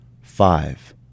five